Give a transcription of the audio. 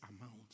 amount